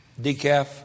decaf